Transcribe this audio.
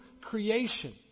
creation